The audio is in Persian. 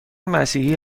مسیحی